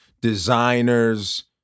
designers